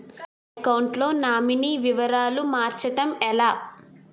నా అకౌంట్ లో నామినీ వివరాలు మార్చటం ఎలా?